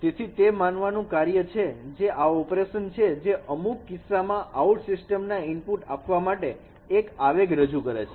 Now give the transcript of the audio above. તેથી તે માનવાનું કાર્ય છે જે આ ઓપરેશન છે જે અમુક કિસ્સામાં આઉટ સિસ્ટમના ઇનપુટ આપવા માટે એક આવેગ રજૂ કરે છે